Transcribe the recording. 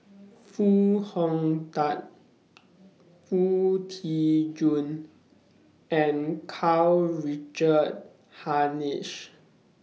Foo Hong Tatt Foo Tee Jun and Karl Richard Hanitsch